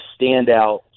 standout